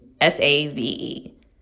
S-A-V-E